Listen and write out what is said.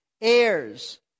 heirs